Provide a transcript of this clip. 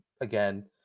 again